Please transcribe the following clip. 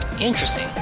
Interesting